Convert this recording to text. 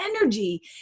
energy